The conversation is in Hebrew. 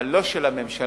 אבל לא של הממשלה,